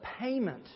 payment